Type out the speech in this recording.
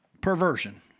perversion